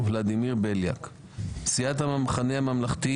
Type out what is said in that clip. ולדימיר בליאק; סיעת המחנה הממלכתי